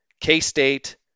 K-State